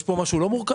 יש פה משהו לא מורכב?